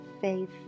faith